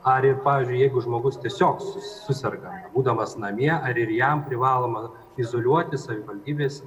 ar ir pavyzdžiui jeigu žmogus tiesiog suserga būdamas namie ar ir jam privaloma izoliuotis savivaldybės